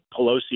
Pelosi